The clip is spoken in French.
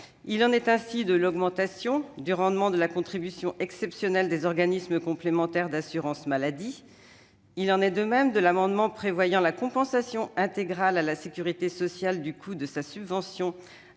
Il en est ainsi de l'augmentation du rendement de la contribution exceptionnelle des organismes complémentaires d'assurance maladie (OCAM). Il en va de même de l'amendement tendant à prévoir la compensation intégrale, pour la sécurité sociale, du coût de la subvention